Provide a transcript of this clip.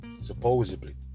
supposedly